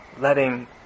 letting